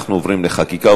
אנחנו עוברים לחקיקה,